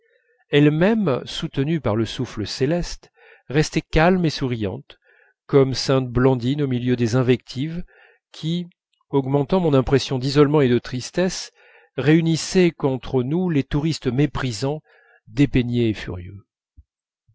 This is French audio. elle-même soutenue par le souffle céleste restait calme et souriante comme sainte blandine au milieu des invectives qui augmentant mon impression d'isolement et de tristesse réunissaient contre nous les touristes méprisants dépeignés et furieux